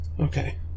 okay